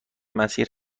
مسیر